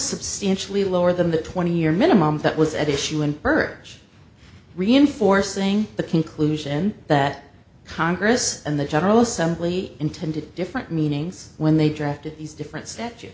substantially lower than the twenty year minimum that was at issue in birch reinforcing the conclusion that congress and the general assembly intended different meanings when they drafted these different s